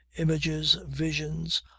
images, visions,